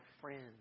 friends